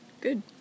Good